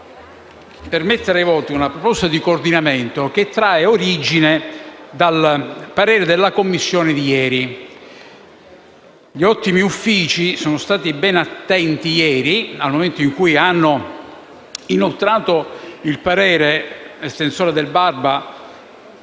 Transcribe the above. per mettere ai voti una proposta di coordinamento che trae origine dal parere espresso ieri dalla Commissione bilancio. Gli ottimi Uffici sono stati ben attenti ieri, nel momento in cui hanno inoltrato il parere (estensore il